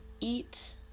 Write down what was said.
eat